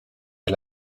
est